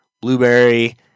blueberry